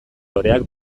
loreak